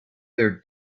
their